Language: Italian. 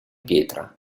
pietra